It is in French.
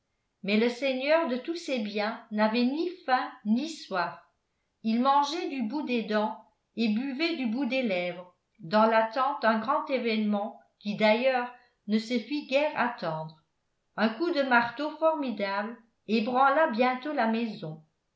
mais le seigneur de tous ces biens n'avait ni faim ni soif il mangeait du bout des dents et buvait du bout des lèvres dans l'attente d'un grand événement qui d'ailleurs ne se fit guère attendre un coup de marteau formidable ébranla bientôt la maison